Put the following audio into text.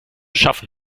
schaffen